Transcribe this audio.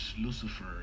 lucifer